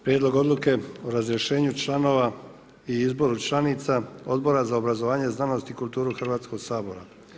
Prijedlog odluke o razrješenju članova i izboru članica Odbora za obrazovanje, znanost i kulturu Hrvatskog sabora.